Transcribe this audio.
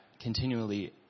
continually